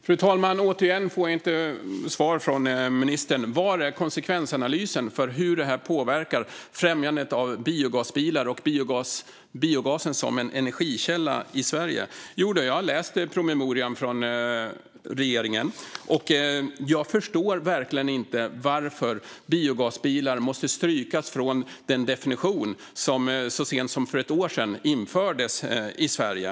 Fru talman! Jag får återigen inte svar från ministern. Var är konsekvensanalysen för hur detta påverkar främjandet av biogasbilar och biogasen som en energikälla i Sverige? Jodå, jag har läst promemorian från regeringen. Jag förstår verkligen inte varför biogasbilar måste strykas från den definition som så sent som för ett år sedan infördes i Sverige.